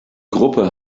gruppe